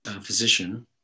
physician